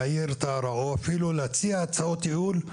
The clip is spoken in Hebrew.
להעיר את ההערות או אפילו להציע הצעות ייעול,